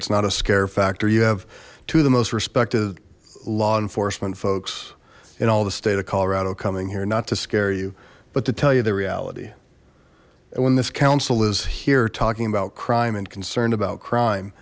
it's not a scare factor you have to the most respected law enforcement folks in all the state of colorado coming here not to scare you but to tell you the reality and when this council is here talking about crime and concerned about crime